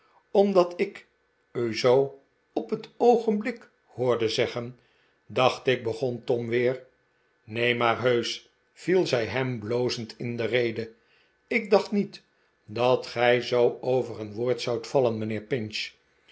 omdat ik u zoo op het oogenblik hoorde zeggen dacht ik begon tom weer neen maar heusch viel zij hem blozehd in de rede ik dacht niet dat gij zoo over een woord zoudt vallen mijnheer pinch